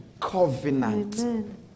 covenant